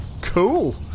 Cool